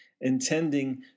intending